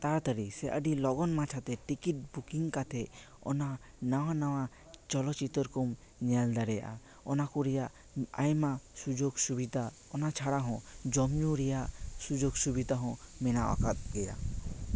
ᱛᱟᱲᱟᱛᱟᱹᱲᱤ ᱥᱮ ᱟᱹᱰᱤ ᱞᱚᱜᱚᱱ ᱢᱟᱪᱷᱟᱛᱮ ᱴᱤᱠᱤᱴ ᱵᱩᱠᱤᱝ ᱠᱟᱛᱮ ᱚᱱᱟ ᱱᱟᱣᱟ ᱱᱟᱣᱟ ᱪᱚᱞᱚᱛ ᱪᱤᱛᱟᱹᱨ ᱠᱚᱢ ᱧᱮᱞ ᱫᱟᱲᱮᱭᱟᱜᱼᱟ ᱚᱱᱟ ᱠᱚ ᱨᱮᱭᱟᱜ ᱟᱭᱢᱟ ᱥᱩᱡᱳᱜᱽ ᱥᱩᱵᱤᱫᱷᱟ ᱚᱱᱟ ᱪᱷᱟᱲᱟ ᱦᱚᱸ ᱡᱚᱢᱼᱧᱩ ᱨᱮᱭᱟᱜ ᱥᱩᱡᱳᱜᱽ ᱥᱩᱵᱤᱫᱷᱟ ᱦᱚᱸ ᱢᱮᱱᱟᱜ ᱟᱠᱟᱫ ᱜᱮᱭᱟ